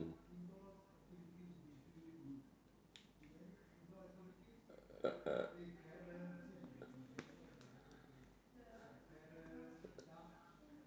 err